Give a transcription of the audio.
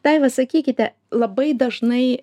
daiva sakykite labai dažnai